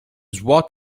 swat